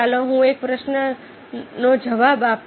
ચાલો હું એક પ્રશ્નનો જવાબ આપું